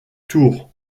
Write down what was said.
tour